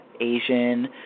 Asian